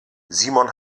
simon